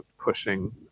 pushing